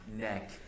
neck